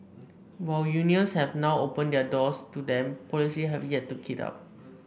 while unions have now opened their doors to them policies have yet to keep up